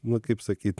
na kaip sakyt